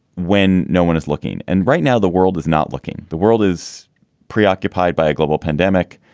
when no one is looking. and right now, the world is not looking. the world is preoccupied by a global pandemic.